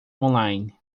online